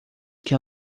que